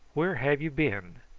where have you been?